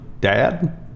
dad